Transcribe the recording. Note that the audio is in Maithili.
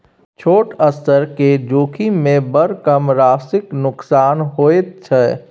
छोट स्तर केर जोखिममे बड़ कम राशिक नोकसान होइत छै